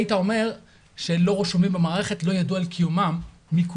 היית אומר שהם לא רשומים במערכת ולא ידעו על קיומם מכולם,